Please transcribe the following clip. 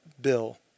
Bill